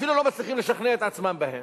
אפילו לא מצליחים לשכנע את עצמם בהם.